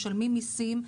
משלמים מיסים.